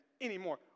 anymore